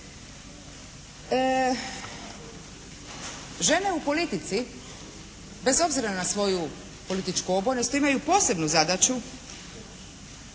Žene u politici bez obzira na svoju političku obojenost imaju posebnu zadaću